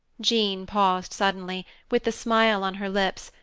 jean paused suddenly, with the smile on her lips,